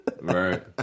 right